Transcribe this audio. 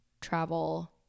travel